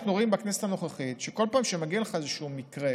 אנחנו רואים בכנסת הנוכחית שכל פעם שמגיע לך איזשהו מקרה,